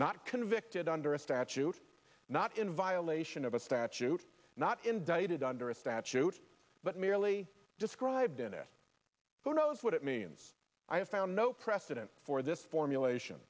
not convicted under a statute not in violation of a statute not indicted under a statute but merely described in it who knows what it means i have found no precedent for this formulation